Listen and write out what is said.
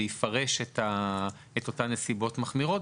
ויפרש את אותן נסיבות מחמירות,